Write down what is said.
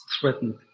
threatened